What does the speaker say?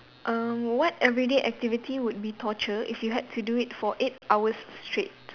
um what everyday activity would be torture if you had to do it for eight hours straight